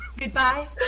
Goodbye